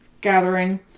gathering